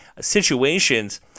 situations